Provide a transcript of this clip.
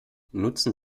nutzen